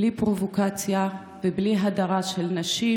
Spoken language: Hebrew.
בלי פרובוקציה ובלי הדרה של נשים,